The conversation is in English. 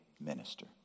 minister